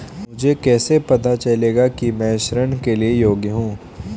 मुझे कैसे पता चलेगा कि मैं ऋण के लिए योग्य हूँ?